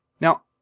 Now